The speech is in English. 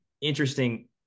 interesting